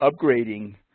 upgrading